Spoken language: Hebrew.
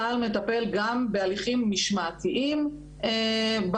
צה"ל מטפל בפוגעים גם בהליכים משמעתיים בפוגעים,